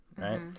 right